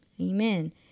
Amen